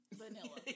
vanilla